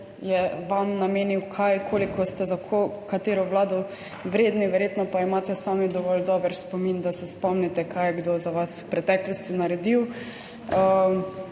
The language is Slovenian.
je vam namenil kaj, koliko ste za katero vlado vredni, verjetno pa imate sami dovolj dober spomin, da se spomnite kaj je kdo za vas v preteklosti naredil.